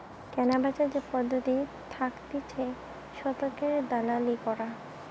কেনাবেচার যে পদ্ধতি থাকতিছে শতকের দালালি করা